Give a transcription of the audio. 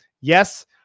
Yes